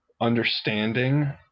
understanding